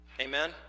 Amen